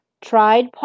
Tried